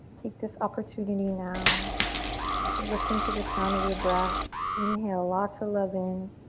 take this opportunity now to listen to the sound of your breath. inhale lots of love in.